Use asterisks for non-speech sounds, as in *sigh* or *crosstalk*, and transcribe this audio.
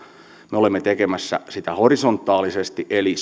me olemme tekemässä sitä horisontaalisesti eli *unintelligible*